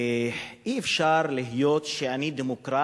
אי-אפשר להיות דמוקרט